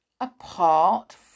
apart